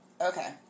Okay